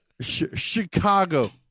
Chicago